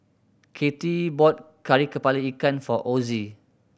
Katie bought Kari Kepala Ikan for Ossie